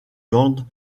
gand